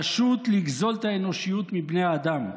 פשוט לגזול את האנושיות מבני אדם.